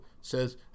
Says